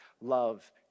love